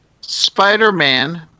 Spider-Man